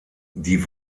die